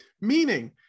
Meaning